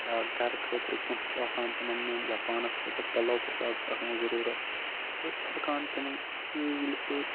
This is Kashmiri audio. یا گَرٕ خٲطرٕ کیٚنہہ چھِ آسان تِمَن نیُن یا پانَس خٲطرٕ پَلَو پوٚشاک چھِ آسان ضٔروٗرَتھ أسۍ چھِ ہٮ۪کان تِمَن اَصۭلۍ پٲٹھۍ